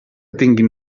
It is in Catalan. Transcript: tinguin